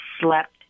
slept